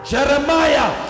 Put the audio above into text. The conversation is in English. Jeremiah